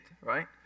right